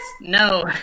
No